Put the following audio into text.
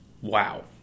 wow